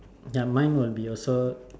ya mine will be also